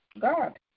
God